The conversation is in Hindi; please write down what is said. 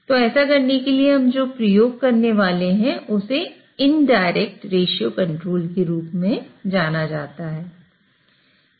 तो ऐसा करने के लिए हम जो प्रयोग करने वाले हैं उसे एक इनडायरेक्ट रेश्यो कंट्रोल के रूप में जाना जाता है